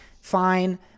fine